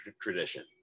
tradition